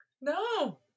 No